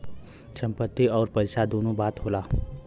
संपत्ति अउर पइसा दुन्नो बात होला